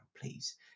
please